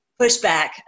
pushback